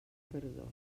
perdó